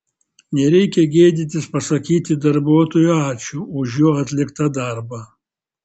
nereikia gėdytis pasakyti darbuotojui ačiū už jo atliktą darbą